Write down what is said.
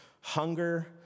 hunger